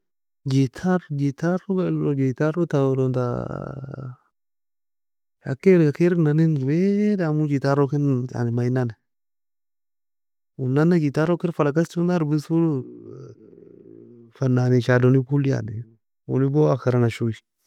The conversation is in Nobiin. Gitar gitarrog gitarro ta uoe lon ta ken kerayka kerinanin wae damo gitarro ken manienan, uoe nanne gitarro kir fala kasho erbiarso li فناني shado nigoeli yani, ouni goli yani, ouni go akhira naesho ouew.